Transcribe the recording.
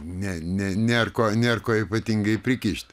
ne ne nėr ko nėr ko ypatingai prikišt